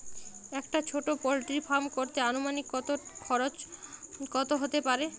একটা ছোটো poultry farm করতে আনুমানিক কত খরচ কত হতে পারে?